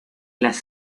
las